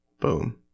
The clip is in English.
Boom